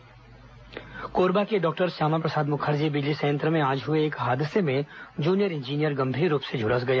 power plant हादसा कोरबा के doctor Shyama Prasad Mukherjee बिजली संयंत्र में आज हए एक हादसे में जूनियर इंजीनियर गंभीर रूप से झुलस गया